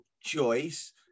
choice